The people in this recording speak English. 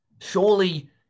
surely